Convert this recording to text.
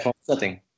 setting